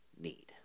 need